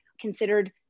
considered